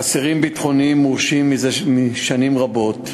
אסירים ביטחוניים מורשים זה שנים רבות,